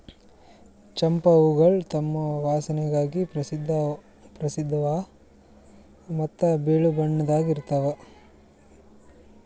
ಚಂಪಾ ಹೂವುಗೊಳ್ ತಮ್ ವಾಸನೆಗಾಗಿ ಪ್ರಸಿದ್ಧ ಅವಾ ಮತ್ತ ಬಿಳಿ ಬಣ್ಣದಾಗ್ ಇರ್ತಾವ್